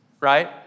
right